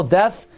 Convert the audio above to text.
death